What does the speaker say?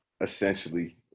Essentially